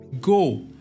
Go